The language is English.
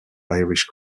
irish